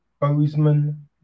Bozeman